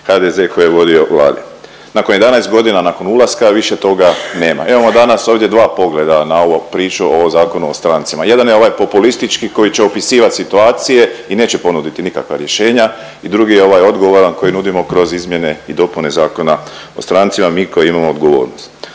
HDZ koji je vodio vlade. Nakon 11 godina nakon ulaska više toga nema. Imamo danas dva pogleda na ovu priču o Zakonu o strancima jedan je ovaj populistički koji će opisivat situacije i neće ponuditi nikakva rješenja i drugi je ovaj odgovoran koji nudimo kroz izmjene i dopune Zakona o strancima, mi koji imamo odgovornost.